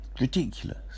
ridiculous